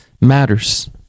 matters